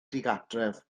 ddigartref